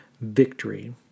victory